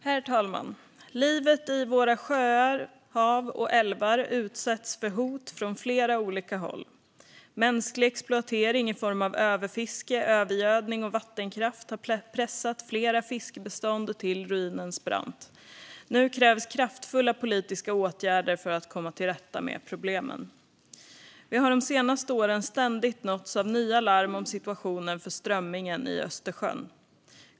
Herr talman! Livet i våra sjöar, hav och älvar utsätts för hot från flera olika håll. Mänsklig exploatering i form av överfiske, övergödning och vattenkraft har pressat flera fiskbestånd till ruinens brant. Nu krävs kraftfulla politiska åtgärder för att komma till rätta med problemen. Vi har de senaste åren ständigt nåtts av nya larm om situationen för strömmingen i Östersjön.